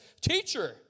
teacher